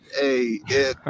Hey